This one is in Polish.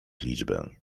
liczbę